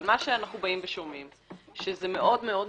אבל מה שאנחנו שומעים, שזה מאוד מאוד מצומצם,